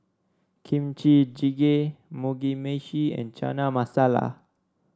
Kimchi Jjigae Mugi Meshi and Chana Masala